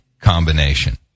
combination